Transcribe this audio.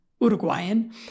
Uruguayan